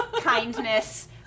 kindness